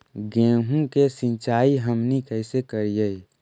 गेहूं के सिंचाई हमनि कैसे कारियय?